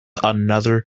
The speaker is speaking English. another